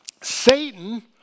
Satan